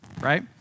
right